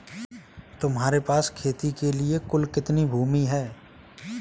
तुम्हारे पास खेती के लिए कुल कितनी भूमि है?